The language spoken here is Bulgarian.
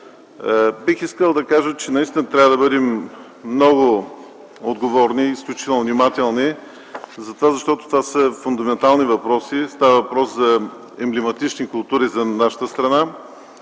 това е възможно. Наистина трябва да бъдем много отговорни и изключително внимателни, защото това са фундаментални въпроси – става въпрос за емблематични култури за нашата страна.